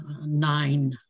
nine